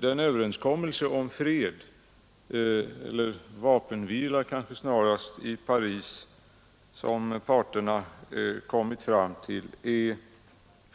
Den överenskommelse om vapenvila som parterna i Vietnamkonflikten kommit fram till i Paris är